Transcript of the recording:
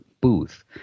booth